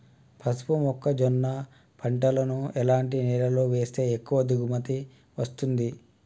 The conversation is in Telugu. పసుపు మొక్క జొన్న పంటలను ఎలాంటి నేలలో వేస్తే ఎక్కువ దిగుమతి వస్తుంది?